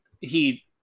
He-